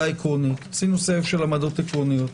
עשינו סבב של עמדות עקרוניות.